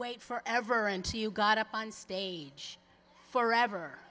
wait for ever until you got up on stage for ever